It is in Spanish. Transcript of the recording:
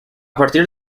partir